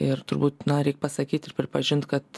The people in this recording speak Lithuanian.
ir turbūt na reik pasakyt ir pripažint kad